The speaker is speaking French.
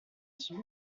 suivi